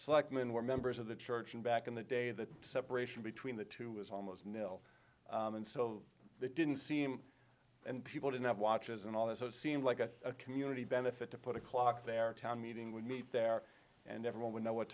selectman were members of the church and back in the day the separation between the two was almost nil and so it didn't seem and people didn't have watches and all that so it seemed like a community benefit to put a clock there a town meeting would meet there and everyone would know what